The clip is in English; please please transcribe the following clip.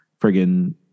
friggin